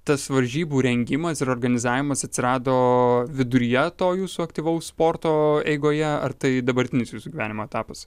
tas varžybų rengimas ir organizavimas atsirado viduryje to jūsų aktyvaus sporto eigoje ar tai dabartinis jūsų gyvenimo etapas